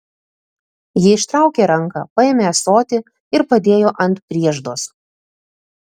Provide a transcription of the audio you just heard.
ji ištraukė ranką paėmė ąsotį ir padėjo ant prieždos